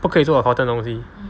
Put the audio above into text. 不可以做 accountant 的东西